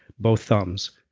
both thumbs,